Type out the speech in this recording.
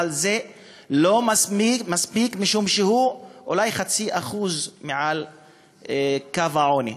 אבל זה לא מספיק משום שהם אולי 0.5% מעל קו העוני.